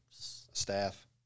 staff